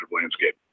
landscape